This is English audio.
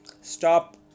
stop